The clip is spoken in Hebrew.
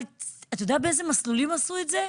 אבל, אתה יודע באיזה מסלולים עשו את זה?